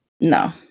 No